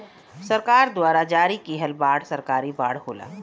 सरकार द्वारा जारी किहल बांड सरकारी बांड होला